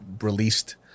released